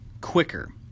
quicker